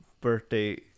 birthday